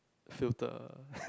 filter